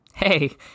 Hey